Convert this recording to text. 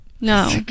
no